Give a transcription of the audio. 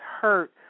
hurt